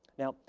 now,